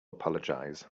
apologize